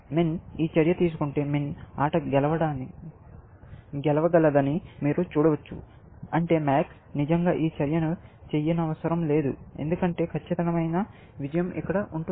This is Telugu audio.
MIN ఈ చర్య తీసుకుంటే MIN ఆట గెలవగలదని మీరు చూడవచ్చు అంటే MAX నిజంగా ఈ చర్యను చేయనవసరం లేదు ఎందుకంటే ఖచ్చితమైన విజయం ఇక్కడ ఉంటుంది